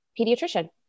pediatrician